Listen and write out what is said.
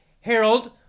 harold